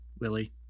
Willie